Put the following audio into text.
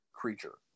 creature